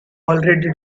already